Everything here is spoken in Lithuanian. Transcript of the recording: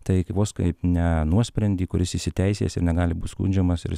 tai kai vos kaip ne nuosprendį kuris įsiteisės ir negali būt skundžiamas ir jis